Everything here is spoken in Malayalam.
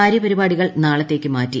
കാര്യപരിപാടികൾ നാളത്തേക്ക് മാറ്റി